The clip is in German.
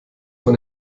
man